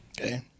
okay